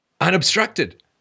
unobstructed